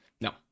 No